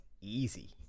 easy